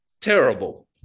terrible